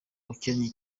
ukennye